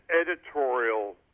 editorial